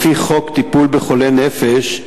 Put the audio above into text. לפי חוק טיפול בחולי נפש,